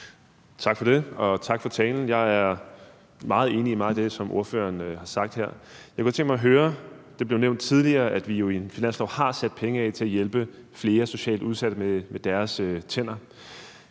Tak for det. Og tak for talen. Jeg er meget enig i meget af det, som ordføreren har sagt her. Det blev nævnt tidligere, at vi jo på en finanslov har sat penge af til at hjælpe flere socialt udsatte med deres tænder.